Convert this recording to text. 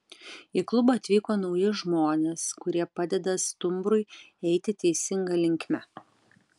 į klubą atvyko nauji žmonės kurie padeda stumbrui eiti teisinga linkme